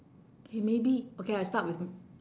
K maybe okay I start with m~